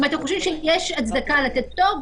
אם חושבים שיש הצדקה לתת פטור,